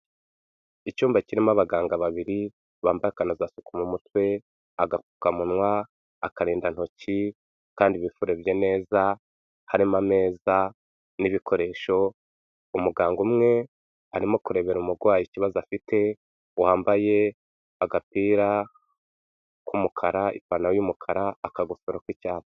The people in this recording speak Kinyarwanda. Icyumba kirimo abaganga babiri bambaye akanozasuku mu mutwe, agapfukamunwa, akarindantoki kandi bifurebye neza, harimo ameza n'ibikoresho, umuganga umwe arimo kurebera umurwayi ikibazo afite wambaye agapira k'umukara, ipanta y'umukara, akagafero k'icyatsi.